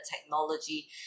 technology